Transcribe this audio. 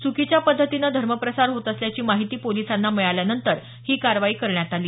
चुकीच्या पद्धतीनं धर्म प्रसार होत असल्याची माहिती पोलिसांना मिळाल्यानंतर त्यांनी ही कारवाई केली